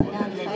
הישיבה